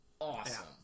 awesome